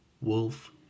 Wolf